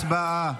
הצבעה.